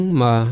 ma